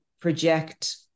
project